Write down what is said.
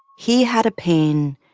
he had a pain.